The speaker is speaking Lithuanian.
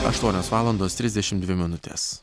aštuonios valandos trisdešimt dvi minutės